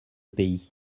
pays